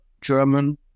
German